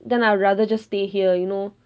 then I'd rather just stay here you know